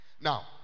Now